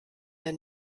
der